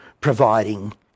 providing